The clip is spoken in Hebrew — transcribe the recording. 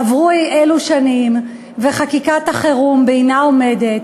עברו אי-אלו שנים, וחקיקת החירום בעינה עומדת.